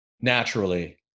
naturally